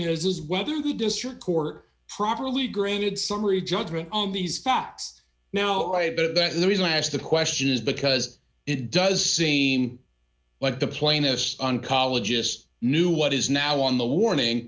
is whether the district court properly granted summary judgment on these facts now i bet that the reason i asked the question is because it does seem like the plaintiffs on college just knew what is now on the warning